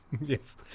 Yes